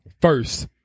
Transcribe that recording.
first